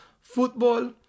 football